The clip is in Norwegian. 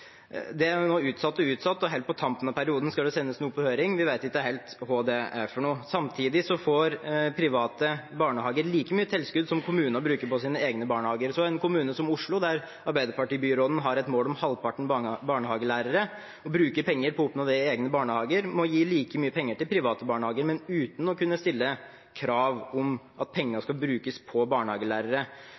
er nå utsatt og utsatt, og helt på tampen av perioden skal det sendes noe på høring – vi vet ikke helt hva det er for noe. Samtidig får private barnehager like mye tilskudd som kommunene bruker på sine egne barnehager. Så en kommune som Oslo, der Arbeiderparti-byråden har et mål om 50 pst. barnehagelærere i barnehagen og bruker penger på å oppnå det i sine barnehager, må gi like mye penger til private barnehager, men uten å kunne stille krav om at pengene skal brukes på barnehagelærere.